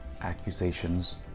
accusations